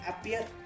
appear